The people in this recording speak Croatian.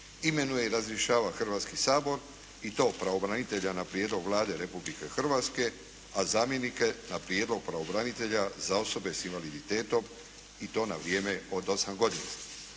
imenuje i razrješava Hrvatski sabor i to pravobranitelja na prijedlog Vlade Republike Hrvatske, a zamjenike na prijedlog pravobranitelja za osobe s invaliditetom i to na vrijeme od 8 godina.